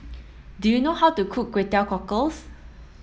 do you know how to cook Kway Teow Cockles